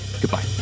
goodbye